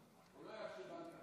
אדוני השר הכפול,